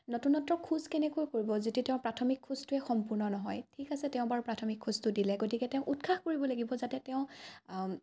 নতুনত্ব খোজ কেনেকৈ পৰিব যেতিয়া তেওঁ প্ৰাথমিক খোজটোৱে সম্পূৰ্ণ নহয় ঠিক আছে তেওঁ বাৰু প্ৰাথমিক খোজটো দিলে গতিকে তেওঁ উৎসাহ কৰিব লাগিব যাতে তেওঁ